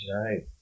Right